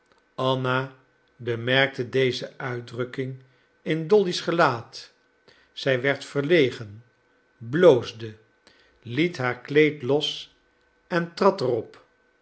anna bemerkte deze uitdrukking in dolly's gelaat zij werd verlegen bloosde liet haar kleed los en trad er